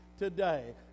Today